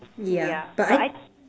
yeah but I